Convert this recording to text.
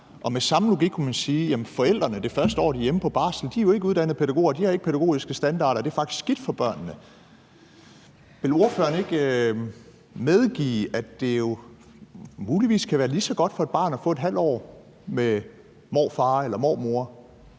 med samme logik kunne man sige i forhold til forældrene det første år, de er hjemme på barsel, at de jo ikke er uddannede pædagoger – de har ikke pædagogiske standarder – og at det faktisk er skidt for børnene. Vil ordføreren ikke medgive, at det muligvis kan være lige så godt for et barn at få et halvt år med morfar eller mormor,